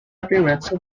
appearance